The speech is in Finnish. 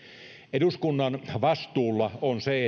eduskunnan vastuulla on se